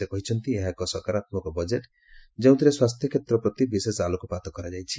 ସେ କହିଛନ୍ତି ଏହା ଏକ ସକାରାତ୍ମକ ବଜେଟ୍ ଯେଉଁଥିରେ ସ୍ୱାସ୍ଥ୍ୟକ୍ଷେତ୍ର ପ୍ରତି ବିଶେଷ ଆଲୋକପାତ କରାଯାଇଛି